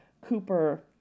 Cooper